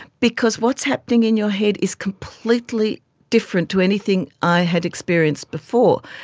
because what's happening in your head is completely different to anything i had experienced before.